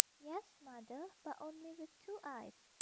yes, mother, but only with two eyes.